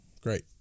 Great